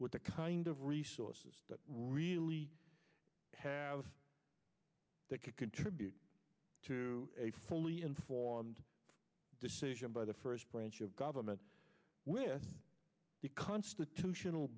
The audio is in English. with the kind of resources that really have that could contribute to a fully informed decision by the first branch of government with the constitutional